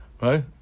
Right